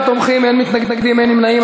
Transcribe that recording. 21 תומכים, אין מתנגדים, אין נמנעים.